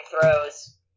throws